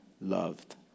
loved